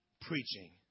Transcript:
preaching